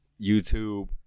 YouTube